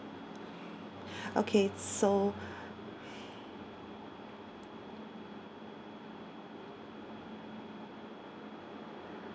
okay so